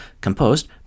composed